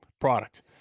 product